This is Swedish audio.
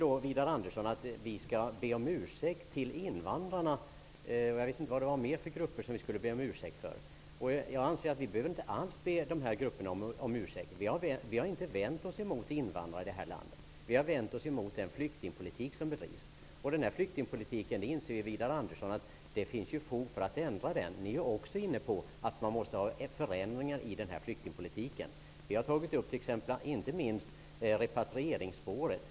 Widar Andersson tycker att vi skall be invandrarna om ursäkt. Jag vet inte vilka fler grupper det var vi skulle be om ursäkt. Jag anser att vi inte alls behöver be dessa grupper om ursäkt. Vi har inte vänt oss mot invandrare här i landet. Vi har vänt oss emot den flyktingpolitik som bedrivs. Det finns fog för att ändra den flyktingpolitiken, det inser också Widar Andersson. Ni är ju också inne på att man måste få till stånd förändringar i flyktingpolitiken. Vi har inte minst tagit upp repatrieringsspåret.